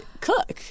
cook